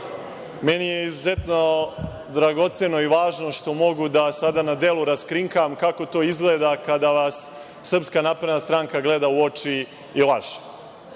meni je izuzetno dragoceno i važno što mogu da sada na delu raskrinkam kako to izgleda kada vas Srpska napredna stranka gleda u oči i laže.